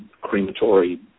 crematory